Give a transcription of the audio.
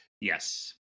Yes